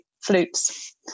flutes